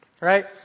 Right